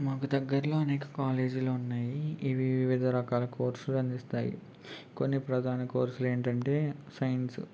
మాకు దగ్గరలో అనేక కాలేజీలు ఉన్నాయి ఇవి వివిధ రకాల కోర్సులు అందిస్తాయి కొన్ని ప్రధాన కోర్సులు ఏంటంటే సైన్స్